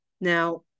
now